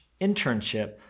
internship